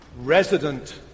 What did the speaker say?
resident